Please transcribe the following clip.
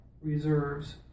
reserves